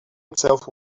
itself